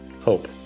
hope